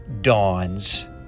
dawns